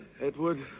Edward